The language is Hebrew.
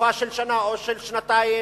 לתקופה של שנה או של שנתיים